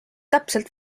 täpselt